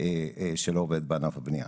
של עובד בענף הבנייה.